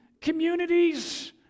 communities